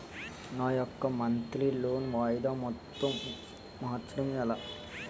నా యెక్క monthly loan వాయిదా మొత్తం మార్చడం ఎలా?